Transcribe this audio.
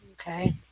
Okay